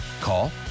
Call